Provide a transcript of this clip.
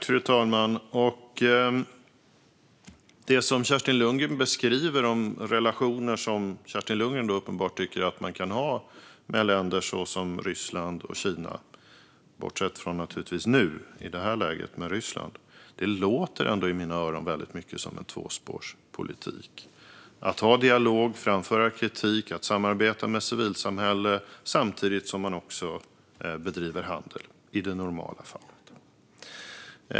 Fru talman! Det Kerstin Lundgren beskriver som relationer hon uppenbarligen tycker att man kan ha med länder som Ryssland och Kina - naturligtvis bortsett från Ryssland i det här läget - låter ändå i mina öron väldigt mycket som tvåspårspolitik: att ha dialog, att framföra kritik och att samarbeta med civilsamhället, samtidigt som man också bedriver handel i det normala fallet.